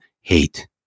hate